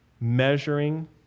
measuring